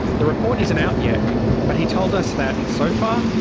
the report isn't out yet but he told us that, so far,